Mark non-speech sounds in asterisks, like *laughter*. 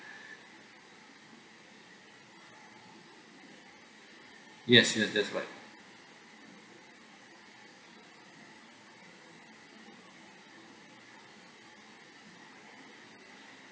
*breath* yes yes that's right